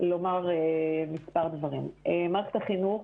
מערכת החינוך,